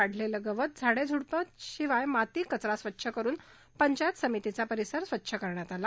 वाढलेले गवत झाडे झुडपं शिवाय माती कचरा स्वच्छ करून पंचायत समितीचा परिसर स्वच्छ करण्यात आला